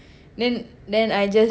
then then I just